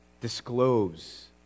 disclose